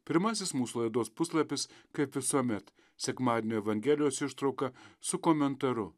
pirmasis mūsų laidos puslapis kaip visuomet sekmadienio evangelijos ištrauka su komentaru